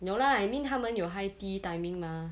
no lah I mean 他们有 high tea timing mah